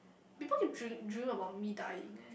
people keep dream dreaming about me dying eh